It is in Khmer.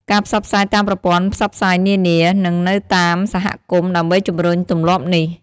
ការផ្សព្វផ្សាយតាមប្រព័ន្ធផ្សព្វផ្សាយនានា និងនៅតាមសហគមន៍ ដើម្បីជំរុញទម្លាប់នេះ។